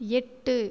எட்டு